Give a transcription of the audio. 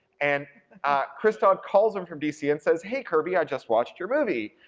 and chris dodd calls him from d c. and says, hey kirby, i just watched your movie.